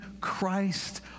Christ